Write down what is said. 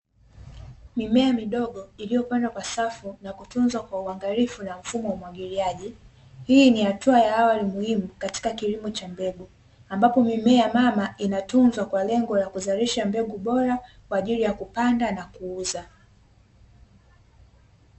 Mimea midogo iliyopandwa kwa safu na kutunzwa kwa uangalifu, na mfumo wa umwagiliaji. Hii ni hatua ya awali muhimu katika kilimo cha mbegu ambapo, mimea mama inatunzwa kwa lengo la kuzalisha mbegu bora kwa ajili ya kupanda na kuuza.